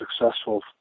successful